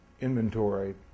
inventory